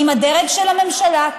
עם הדרג של הממשלה,